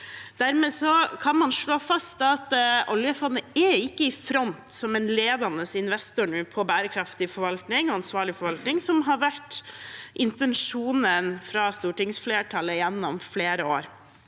Dermed kan man slå fast at oljefondet ikke er i front nå som en ledende investor på bærekraftig og ansvarlig forvaltning, noe som har vært intensjonen fra stortingsflertallet gjennom flere år.